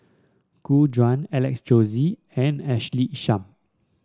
Gu Juan Alex Josey and Ashley Isham